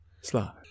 Slide